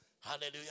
Hallelujah